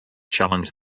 challenge